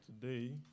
today